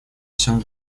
всем